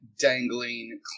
dangling